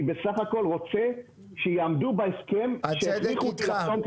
אני בסך הכול רוצה שיעמדו בהסכם שהכריחו אותי לחתום,